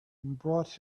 brought